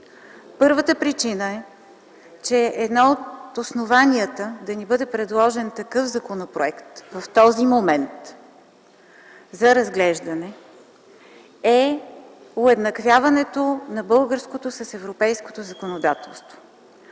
Първата причина е, че едно от основанията да ни бъде предложен за разглеждане такъв законопроект в този момент е уеднаквяването на българското с европейското законодателство.